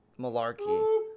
Malarkey